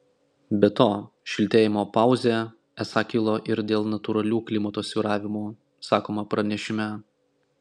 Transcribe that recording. be to šiltėjimo pauzė esą kilo ir dėl natūralių klimato svyravimų sakoma pranešime